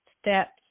steps